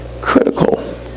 critical